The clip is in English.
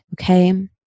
Okay